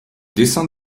dessin